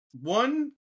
one